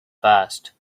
fast